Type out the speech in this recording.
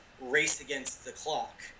race-against-the-clock